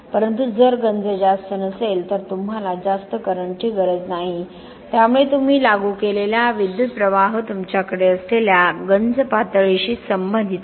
परंतु जर गंज जास्त नसेल तर तुम्हाला जास्त करंटची गरज नाही त्यामुळे तुम्ही लागू केलेला विद्युतप्रवाह तुमच्याकडे असलेल्या गंज पातळीशी संबंधित आहे